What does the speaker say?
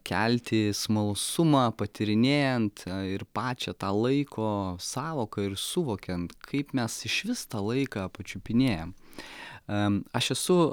kelti smalsumą patyrinėjant ir pačią tą laiko sąvoką ir suvokiant kaip mes išvis tą laiką pačiupinėjam em aš esu